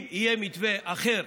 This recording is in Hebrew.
אם יהיה מתווה אחר,